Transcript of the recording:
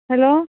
hello